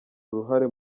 uruhare